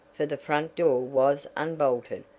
for the front door was unbolted,